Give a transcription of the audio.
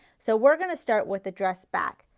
so we are going to start with the dress back.